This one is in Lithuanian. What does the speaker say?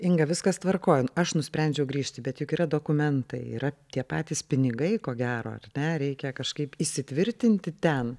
inga viskas tvarkoj aš nusprendžiau grįžti bet juk yra dokumentai yra tie patys pinigai ko gero ar ne reikia kažkaip įsitvirtinti ten